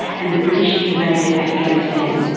and the british invaded afghanistan.